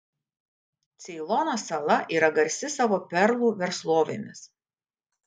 ceilono sala yra garsi savo perlų verslovėmis